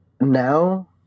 now